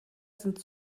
sind